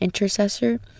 intercessor